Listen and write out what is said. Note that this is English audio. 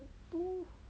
two